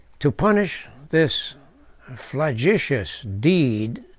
to punish this flagitious deed,